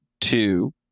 two